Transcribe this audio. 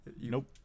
nope